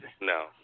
No